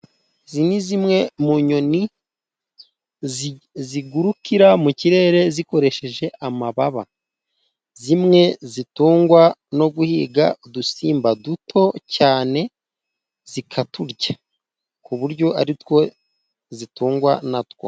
Izi ni zimwe mu nyoni zigurukira mu kirere zikoresheje amababa, zimwe zitungwa no guhiga udusimba duto cyane zikaturya, ku buryo ari two zitungwa na two.